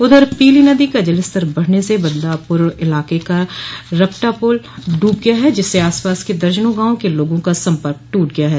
उधर पीली नदी का जल स्तर बढ़ने से बदलापुर इलाके का रपटा पुल डूब गया है जिससे आसपास के दर्जनों गाँवों के लोगों का सम्पर्क टूट गया है